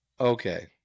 Okay